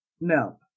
No